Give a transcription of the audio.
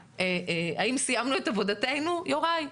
האם סיימנו את עבודתנו, יוראי ואלון?